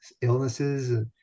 illnesses